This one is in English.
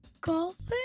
Golfing